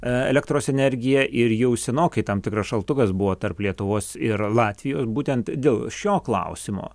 elektros energiją ir jau senokai tam tikras šaltukas buvo tarp lietuvos ir latvijos būtent dėl šio klausimo